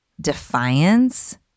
defiance